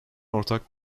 ortak